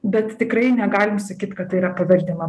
bet tikrai negalim sakyt kad tai yra paveldima